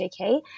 JK